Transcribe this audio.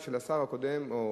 השר הקודם, או